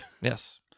Yes